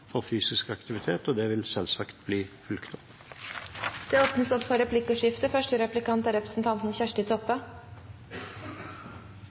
for fysisk aktivitet, og det vil selvsagt bli fulgt opp. Det blir replikkordskifte.